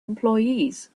employees